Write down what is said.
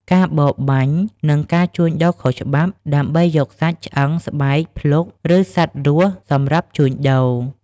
ការបរបាញ់ និងការជួញដូរខុសច្បាប់ ដើម្បីយកសាច់ ឆ្អឹង ស្បែក ភ្លុក ឬសត្វរស់សម្រាប់ជួញដូរ។